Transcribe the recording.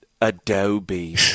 Adobe